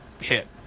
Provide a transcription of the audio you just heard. hit